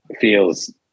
feels